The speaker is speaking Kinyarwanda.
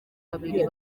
babiri